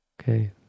Okay